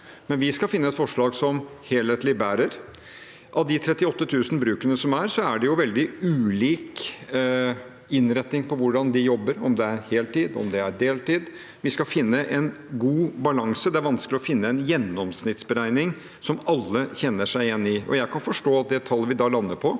vi skal finne et forslag som helhetlig bærer. På de 38 000 brukene er det veldig ulik innretning på hvordan de jobber, om det er heltid eller det er deltid. Vi skal finne en god balanse. Det er vanskelig å finne en gjennomsnittsberegning som alle kjenner seg igjen i. Vi hadde et ekspertutvalg,